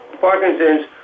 Parkinson's